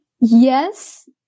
yes